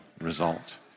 result